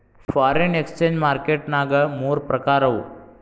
foreign exchange market ನ್ಯಾಗ ಮೂರ್ ಪ್ರಕಾರವ